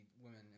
women